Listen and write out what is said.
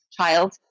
child